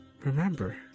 remember